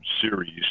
series